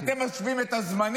אז אתם משווים את הזמנים?